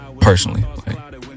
Personally